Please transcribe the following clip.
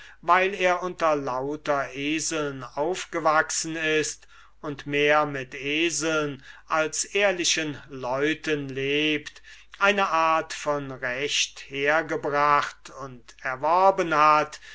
weil er unter lauter eseln aufgekommen ist und mehr mit eseln als ehrlichen leuten lebt eine art von recht hergebracht und erworben hat